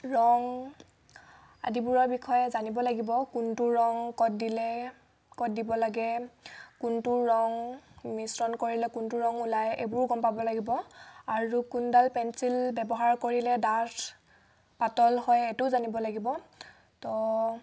ৰং আদিবোৰৰ বিষয়ে জানিব লাগিব কোনটো ৰং ক'ত দিলে ক'ত দিব লাগে কোনটো ৰং মিশ্ৰণ কৰিলে কোনটো ৰং ওলায় এইবোৰো গম পাব লাগিব আৰু কোনডাল পেঞ্চিল ব্যৱহাৰ কৰিলে ডাঠ পাতল হয় এইটোও জানিব লাগিব তো